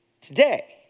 today